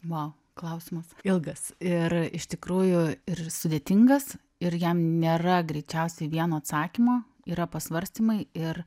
vau klausimas ilgas ir iš tikrųjų ir sudėtingas ir jam nėra greičiausiai vieno atsakymo yra pasvarstymai ir